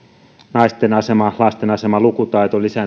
naisten asema lasten asema lukutaito lisääntymisterveys